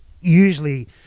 usually